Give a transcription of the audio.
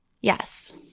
Yes